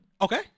Okay